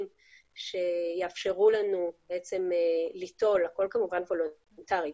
שיאפשרו לנו ליטול הכול כמובן וולנטרית